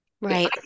Right